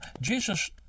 Jesus